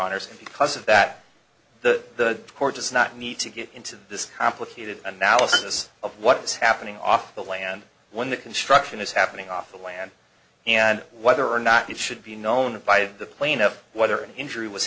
honour's and because of that the court does not need to get into this complicated analysis of what was happening off the land when the construction is happening off the land and whether or not it should be known by the plaintiff whether an injury was